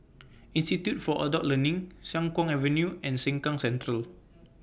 Institute For Adult Learning Siang Kuang Avenue and Sengkang Central